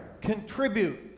Contribute